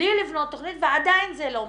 בלי לבנות תכנית, ועדיין זה לא מושלם,